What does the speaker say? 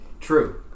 True